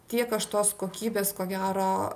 tiek aš tos kokybės ko gero